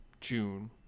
June